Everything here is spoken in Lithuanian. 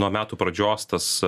nuo metų pradžios tas